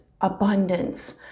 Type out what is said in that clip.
abundance